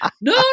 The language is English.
No